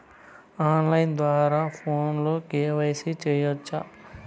on line ద్వారా ఫోనులో KYC సేయొచ్చా